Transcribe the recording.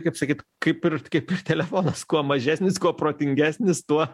kaip sakyt kaip ir kaip ir telefonas kuo mažesnis kuo protingesnis tuo